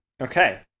Okay